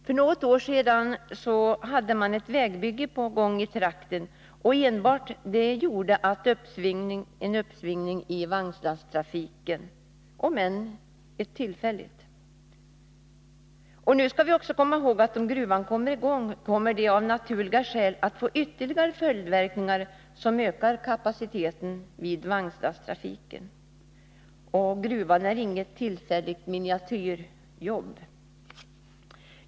För något år sedan hade man ett vägbygge på gång i trakten, och enbart det innebar ett uppsving i vagnlasttrafiken, om än tillfälligt. Nu skall vi också komma ihåg att gruvdriften, om den kommer i gång, av naturliga skäl får ytterligare följdverkningar som ökar kapaciteten för vagnlasttrafiken. Och gruvan är inget tillfälligt miniatyrjobb.